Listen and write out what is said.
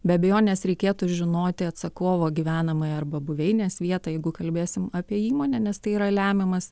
be abejonės reikėtų žinoti atsakovo gyvenamąją arba buveinės vietą jeigu kalbėsim apie įmonę nes tai yra lemiamas